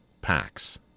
packs